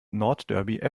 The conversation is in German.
nordderby